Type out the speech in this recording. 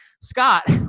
Scott